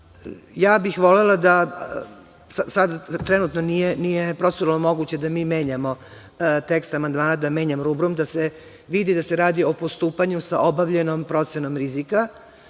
ja bih volela da, sad trenutno nije proceduralno moguće da mi menjamo tekst amandmana, da menjam rubrom, da se vidi da se radi o postupanju sa obavljenom procenom rizika,